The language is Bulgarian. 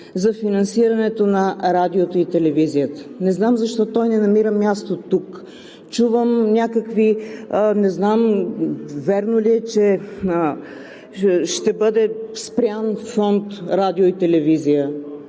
за финансирането на радиото и телевизията? Не знам защо той не намира място тук. Чувам някакви… не знам вярно ли е, че ще бъде спрян Фонд „Радио и телевизия“.